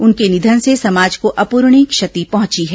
उनके निधन से समाज को अप्रणीय क्षति पहुंची है